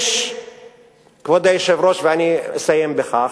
כבוד היושב-ראש, אני אסיים בכך,